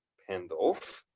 pandulph,